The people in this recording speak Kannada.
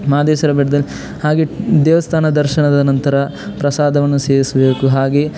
ಮಾದೇಶ್ವರ ಬೆಟ್ದಲ್ಲಿ ಹಾಗೇ ದೇವಸ್ಥಾನ ದರ್ಶನದ ನಂತರ ಪ್ರಸಾದವನ್ನು ಸೇವಿಸಬೇಕು ಹಾಗೆಯೇ